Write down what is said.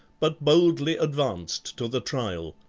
but boldly advanced to the trial.